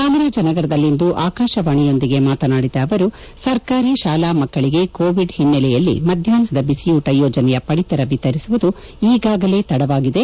ಚಾಮರಾಜ ನಗರದಲ್ಲಿಂದು ಆಕಾಶವಾಣಿಯೊಂದಿಗೆ ಮಾತನಾಡಿದ ಅವರು ಸರ್ಕಾರಿ ಶಾಲಾ ಮಕ್ಕಳಿಗೆ ಕೋವಿಡ್ ಹಿನ್ನಲೆಯಲ್ಲಿ ಮದ್ಯಾಹ್ನದ ಬಿಸಿಯೂಟ ಯೋಜನೆಯ ಪಡಿತರ ವಿತರಿಸುವುದು ಈಗಾಗಲೇ ತಡವಾಗಿದೆ